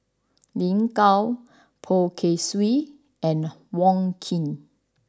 Lin Gao Poh Kay Swee and Wong Keen